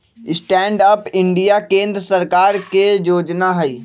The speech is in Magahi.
स्टैंड अप इंडिया केंद्र सरकार के जोजना हइ